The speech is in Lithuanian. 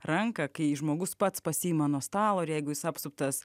ranką kai žmogus pats pasiima nuo stalo ir jeigu jis apsuptas